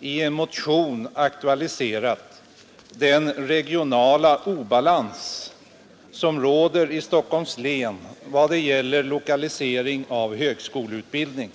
i en motion aktualiserat den regionala obalans som råder i Stockholms län när det gäller lokalisering av högskoleutbildning.